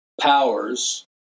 powers